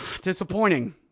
disappointing